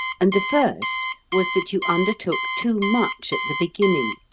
and the first was that you undertook too much at the beginning.